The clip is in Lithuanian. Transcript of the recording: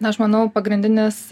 na aš manau pagrindinis